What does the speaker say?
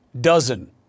dozen